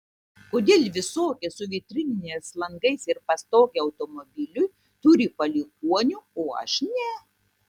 kodėl visokie su vitrininiais langais ir pastoge automobiliui turi palikuonių o aš ne